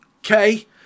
Okay